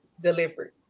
delivery